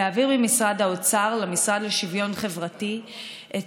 להעביר ממשרד האוצר למשרד לשוויון חברתי את